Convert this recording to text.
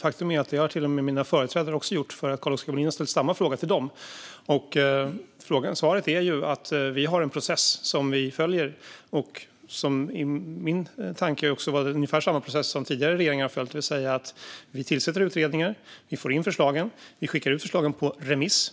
Faktum är att mina företrädare också har gjort det, för Carl-Oskar Bohlin har ställt samma fråga till dem. Svaret är att vi har en process som vi följer, och i min tanke är det ungefär samma process som tidigare regeringar har följt. Det vill säga att vi tillsätter utredningar, får in förslag och skickar ut förslagen på remiss.